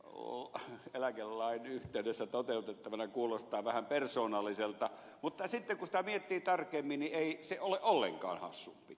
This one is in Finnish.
tämähän maatalousyrittäjäeläkelain yhteydessä toteutettavana kuulostaa vähän persoonalliselta mutta sitten kun sitä miettii tarkemmin niin ei se ole ollenkaan hassumpi